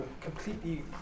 completely